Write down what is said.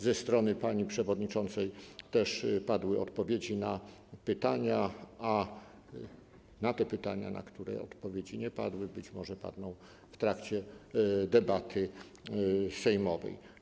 Ze strony pani przewodniczącej padły odpowiedzi na pytania, a na te pytania, na które odpowiedzi nie padły, być może padną one w trakcie debaty sejmowej.